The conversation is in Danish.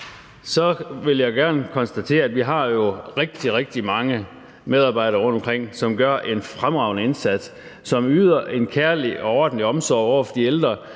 at vi jo heldigvis har rigtig, rigtig mange medarbejdere rundtomkring, som gør en fremragende indsats, som yder en kærlig og ordentlig omsorg over for de ældre,